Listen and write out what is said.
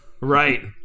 Right